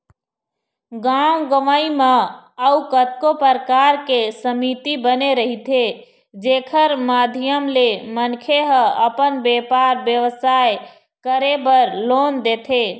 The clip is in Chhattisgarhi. गाँव गंवई म अउ कतको परकार के समिति बने रहिथे जेखर माधियम ले मनखे ह अपन बेपार बेवसाय करे बर लोन देथे